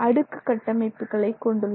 அடுக்கு கட்டமைப்புகளை கொண்டுள்ளது